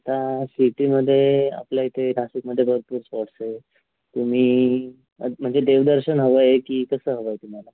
आता सिटीमध्ये आपल्या इथे नाशिकमध्ये भरपूर स्पॉट्स आहे तुम्ही आता म्हणजे देवदर्शन हवं आहे की कसं हवं आहे तुम्हाला